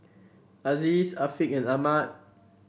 Aziz Afiq and Ahmad